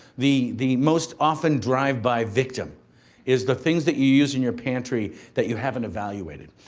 the the most often drive-by victim is the things that you use in your pantry that you haven't evaluated.